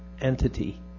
entity